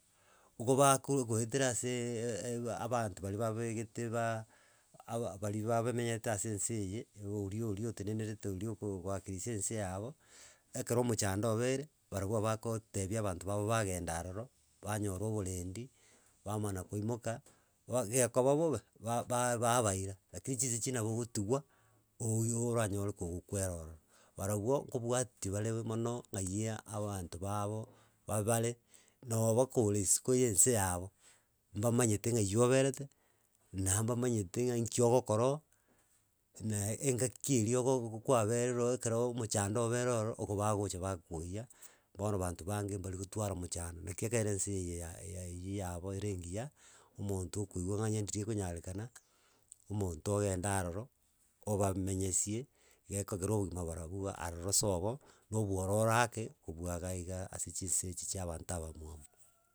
Ogobakoro goetera aseeee e- e abanto baria babegete baaaa ah aba baria babamenyete ase ense eye, orio orio otenenerete oria okowakirisa ense yabo, ekero omochando obeire barabwo obagotebia abanto babo bagenda aroro banyora oborendi, bamana koimoka ba gekoba bobe, ba ba baira lakini chinse echi nabo ogotigwa, oooyo oranyore kogokwera ororo barobwo, nkobwatia bare mono ng'aia abanto babo bare noba kore isiko ya ense yabo, mbamanyete ng'ai oberete na mbamanyete ng'a inki ogokora oo, na engaki eria ogogo kwaberire ororo ekero omochando oberire ororo oko bagocha bakwoiya, bono banto bange mbarigotwara mochando, naki ekere ense eye ya yaiyi yabo ere engiya, omonto okoigwa ng'a onye ndiri ekonyarekana omonto ogenda aroro obamenyesie gekogera obogima barobwo aroro sobo, na obwororo ake, kobua ga iga ase chinse echi chia abanto abamwamu.